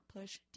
push